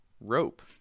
rope